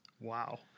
Wow